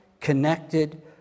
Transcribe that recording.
connected